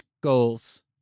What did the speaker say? goals